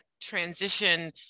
transition